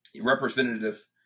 representative